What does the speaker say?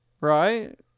Right